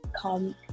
come